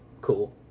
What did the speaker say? Cool